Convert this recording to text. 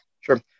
Sure